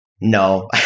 No